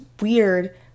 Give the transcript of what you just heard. weird